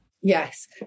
Yes